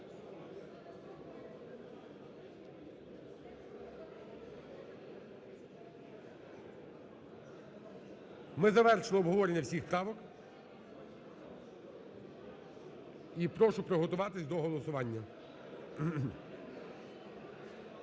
Ми завершили обговорення всіх правок і прошу приготуватися до голосування.